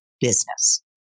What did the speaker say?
business